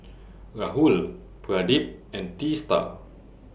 Rahul Pradip and Teesta